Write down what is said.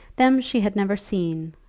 them she had never seen,